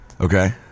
Okay